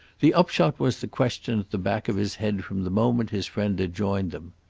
the upshot was the question at the back of his head from the moment his friend had joined him.